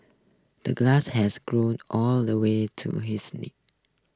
the grass has grown all the way to his knees